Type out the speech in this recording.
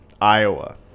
Iowa